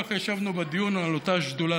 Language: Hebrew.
ככה ישבנו בדיון על אותה שדולה,